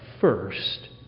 first